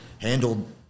handled